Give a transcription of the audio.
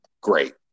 great